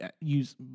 use